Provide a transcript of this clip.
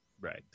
Right